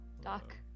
doc